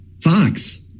Fox